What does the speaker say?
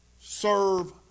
Serve